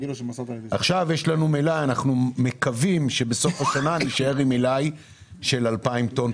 אנחנו מקווים שבסוף השנה נישאר עם מלאי של 2,000 טון,